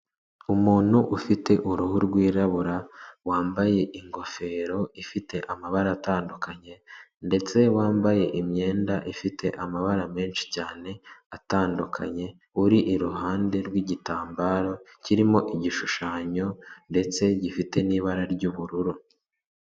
Umuntu ufite uruhu rwirabura wambaye ingofero ifite amabara atandukanye ndetse wambaye imyenda ifite amabara menshi cyane atandukanye uri iruhande rw'igitambaro kirimo igishushanyo ndetse gifite n'ibara ry'ubururu.